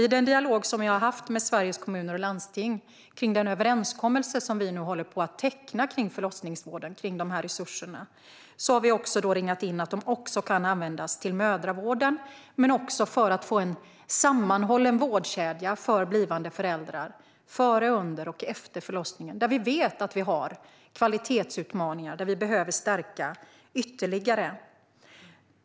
I den dialog som vi har haft med Sveriges Kommuner och Landsting om den överenskommelse som vi nu håller på att teckna kring förlossningsvården och de här resurserna har vi också ringat in att de även kan användas till mödravården och för att få en sammanhållen vårdkedja för blivande föräldrar - före, under och efter förlossningen. Vi vet att vi har kvalitetsutmaningar där och behöver stärka ytterligare.